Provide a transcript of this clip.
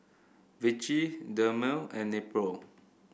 Vichy Dermale and Nepro